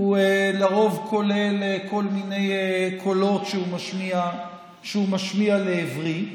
הוא לרוב כולל כל מיני קולות שהוא משמיע לעברי.